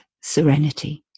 serenity